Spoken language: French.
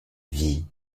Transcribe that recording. vie